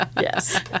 yes